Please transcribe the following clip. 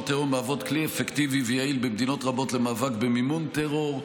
טרור הן כלי אפקטיבי ויעיל במדינות רבות למאבק במימון טרור,